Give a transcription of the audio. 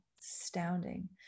astounding